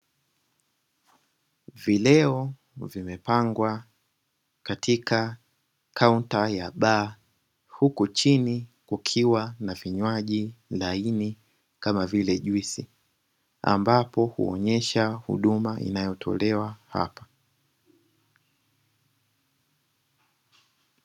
Vileo vimepangwa katika kaunta ya baa, huku chini kukiwa na vinywaji laini kama vile juisi ambapo huonyesha huduma inayotolewa hapa.